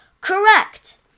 correct